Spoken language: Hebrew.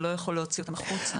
לא יכול להוציא אותן החוצה,